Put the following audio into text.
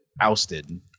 ousted